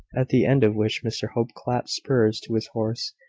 at the end of which mr hope clapped spurs to his horse,